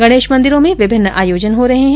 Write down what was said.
गणेश मंदिरों में विभिन्न आयोजन हो रहे है